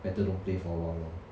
better don't play for awhile lor